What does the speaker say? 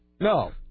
No